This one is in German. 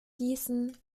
gießen